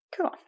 Cool